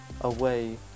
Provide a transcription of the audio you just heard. Away